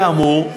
כאמור,